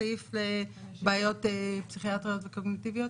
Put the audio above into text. לבעיות פסיכיאטריות וקוגניטיביות.